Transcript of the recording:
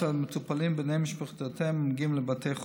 המטופלים ובני משפחותיהם המגיעים לבתי חולים.